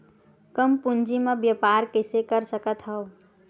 कम पूंजी म व्यापार कइसे कर सकत हव?